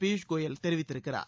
பியூஷ் கோயல் தெரிவித்திருக்கிறார்